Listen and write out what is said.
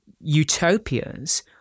utopias